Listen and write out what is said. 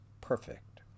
perfect